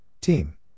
team